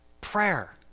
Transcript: prayer